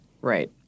Right